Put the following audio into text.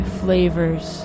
flavors